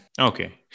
Okay